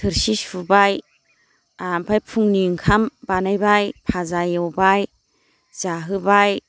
थोरसि सुबाय आमफाय फुंनि ओंखाम बानायबाय फाजा एवबाय जाहोबाय